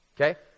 Okay